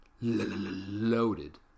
loaded